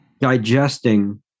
digesting